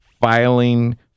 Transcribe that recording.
filing